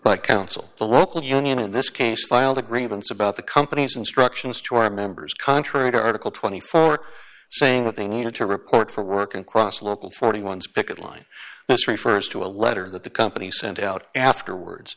but council the local union in this case filed a grievance about the company's instructions to our members contrary to article twenty four saying that they needed to report for work and cross local forty one's picket line this refers to a letter that the company sent out afterwards